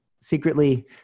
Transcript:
secretly